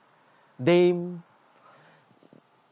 they